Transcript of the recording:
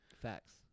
Facts